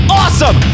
awesome